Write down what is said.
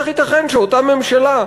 איך ייתכן שאותה ממשלה,